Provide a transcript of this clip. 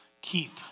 keep